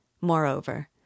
Moreover